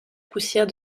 poussière